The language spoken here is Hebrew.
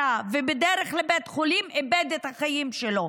ובדרך לבית חולים איבד את החיים שלו.